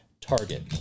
target